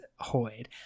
Hoid